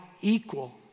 equal